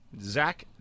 Zach